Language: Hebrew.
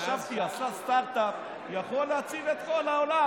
חשבתי, הוא עשה סטרטאפ, יכול להציל את כל העולם.